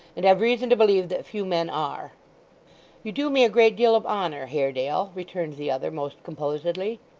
and have reason to believe that few men are you do me a great deal of honour haredale returned the other, most composedly,